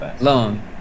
Long